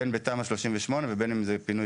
בין אם זה בתמ"א 38 ובין אם זה בפינוי-בינוי.